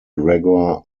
gregor